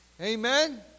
Amen